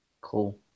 Cool